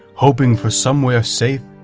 hoping for somewhere safe,